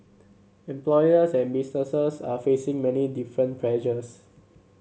employers and businesses are facing many different pressures